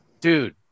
dude